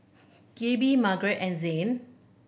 Gabe Margarete and Zhane